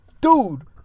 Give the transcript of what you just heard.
Dude